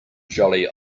jolly